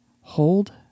hold